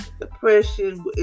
depression